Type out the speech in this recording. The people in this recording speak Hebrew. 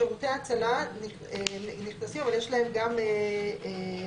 שירותי הצלה נכנסים, הם גם במוחרגים.